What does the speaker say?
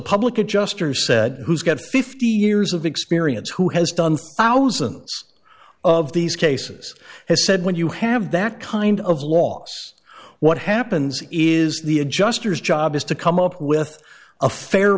public adjuster said who's got fifty years of experience who has done thousands of these cases has said when you have that kind of loss what happens is the adjusters job is to come up with a fair